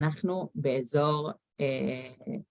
‫אנחנו באזור...